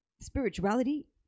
spirituality